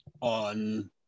on